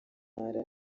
ntara